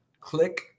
click